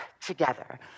together